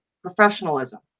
professionalism